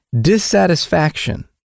dissatisfaction